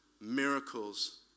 miracles